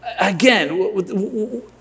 Again